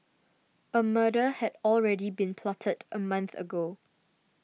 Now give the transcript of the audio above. a murder had already been plotted a month ago